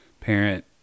parent